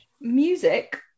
music